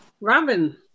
Robin